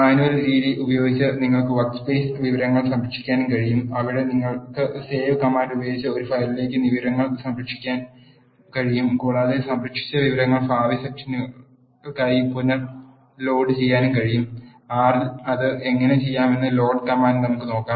manual രീതി ഉപയോഗിച്ച് നിങ്ങൾക്ക് വർക്ക്സ്പേസ് വിവരങ്ങൾ സംരക്ഷിക്കാനും കഴിയും അവിടെ നിങ്ങൾക്ക് സേവ് കമാൻഡ് ഉപയോഗിച്ച് ഒരു ഫയലിലേക്ക് വിവരങ്ങൾ സംരക്ഷിക്കാൻ കഴിയും കൂടാതെ സംരക്ഷിച്ച വിവരങ്ങൾ ഭാവി സെഷനുകൾക്കായി പുനർ ലോഡുചെയ്യാനും കഴിയും R ൽ അത് എങ്ങനെ ചെയ്യണമെന്ന് ലോഡ് കമാൻഡ് നമുക്ക് നോക്കാം